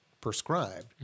prescribed